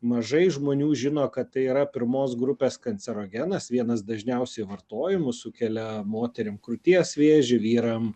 mažai žmonių žino kad tai yra pirmos grupės kancerogenas vienas dažniausiai vartojamų sukelia moterim krūties vėžį vyram